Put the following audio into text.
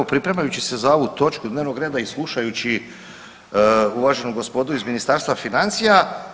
Evo pripremajući se za ovu točku dnevnog reda i slušajući uvaženu gospodu iz Ministarstva financija.